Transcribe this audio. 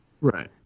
Right